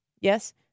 Yes